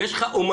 יש לך אומנות.